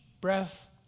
breath